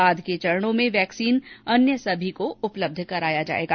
बाद के चरणों में वैक्सीन अन्य सभी को उपलब्ध कराया जायेगा